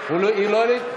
לא,